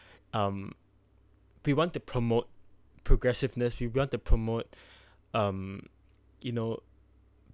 um we want to promote progressiveness we want to promote um you know